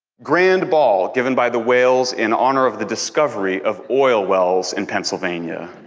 grand ball given by the whales in honor of the discovery of oil wells in pennsylvania.